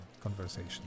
conversation